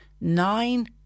nine